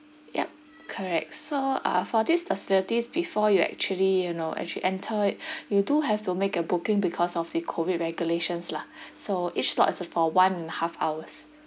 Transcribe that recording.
yup correct so uh for these facilities before you actually you know actually enter you do have to make a booking because of the COVID regulations lah so each slot is for one and a half hours